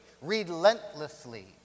relentlessly